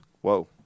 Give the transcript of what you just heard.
Whoa